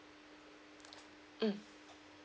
mm